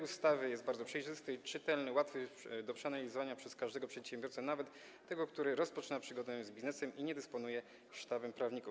Ustawa jest bardzo przejrzysta i czytelna, łatwa do przeanalizowania przez każdego przedsiębiorcę, nawet tego, który rozpoczyna przygodę z biznesem i nie dysponuje sztabem prawników.